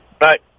right